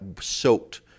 soaked